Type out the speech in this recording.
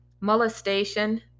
molestation